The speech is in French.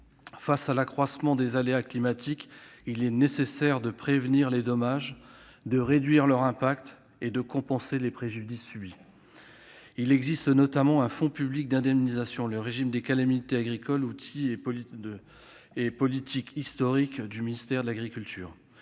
Face à l'accroissement des aléas climatiques, il est nécessaire de prévenir les dommages, de réduire leurs impacts et de compenser les préjudices subis. Il existe notamment un fonds public d'indemnisation : le régime des calamités agricoles, outil historique et politique du ministère de l'agriculture.